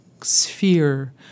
sphere